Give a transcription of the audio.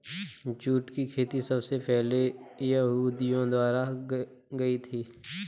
jute की खेती सबसे पहले यहूदियों द्वारा की गयी थी